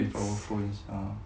with our phones ah